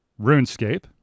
RuneScape